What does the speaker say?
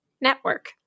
Network